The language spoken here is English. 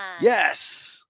yes